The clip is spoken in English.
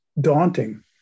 daunting